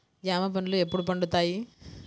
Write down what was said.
జామ పండ్లు ఎప్పుడు పండుతాయి?